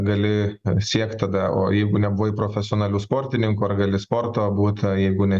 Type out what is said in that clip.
gali siekt tada o jeigu nebuvai profesionaliu sportininku ar gali sporto būt jeigu ne